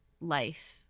life